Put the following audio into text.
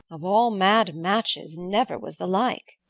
of all mad matches, never was the like.